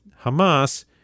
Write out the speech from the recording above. Hamas